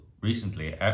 recently